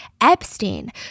Epstein